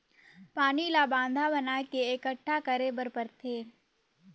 पानी ल बांधा बना के एकटठा करे बर परथे